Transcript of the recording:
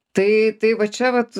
tai tai va čia vat